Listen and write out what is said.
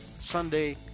Sunday